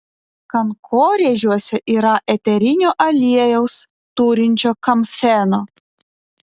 kankorėžiuose yra eterinio aliejaus turinčio kamfeno